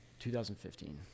2015